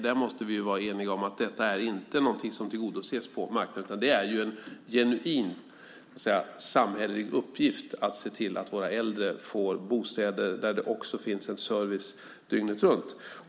Där måste vi vara eniga om att det inte är något som tillgodoses på marknaden utan att det är en genuin samhällelig uppgift att se till att våra äldre får bostäder där det också finns service dygnet runt.